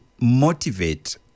motivate